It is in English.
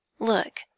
Look